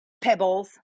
pebbles